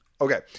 Okay